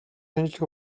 шинжлэх